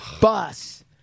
bus